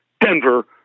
Denver